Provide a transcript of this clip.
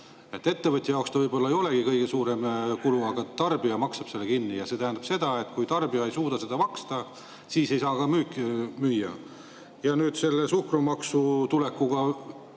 Ettevõtja jaoks ta võib-olla ei olegi kõige suurem kulu, aga tarbija maksab selle kinni. See tähendab, et kui tarbija ei suuda seda kinni maksta, siis ei saa ka [kaupa] müüa. Selle suhkrumaksu tulekuga